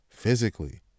physically